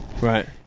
Right